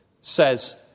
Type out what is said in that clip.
says